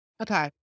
Okay